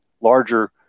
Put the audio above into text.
larger